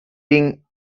being